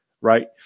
Right